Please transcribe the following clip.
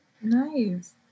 Nice